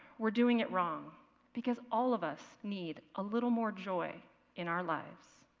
we're doing it wrong because all of us need a little more joy in our lives.